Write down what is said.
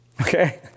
Okay